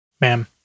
Ma'am